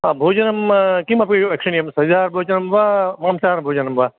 हा भोजनं किं अपेक्षणियं सस्यहारभोजनं वा मांसाहारभोजनं वा